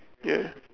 ya